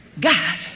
God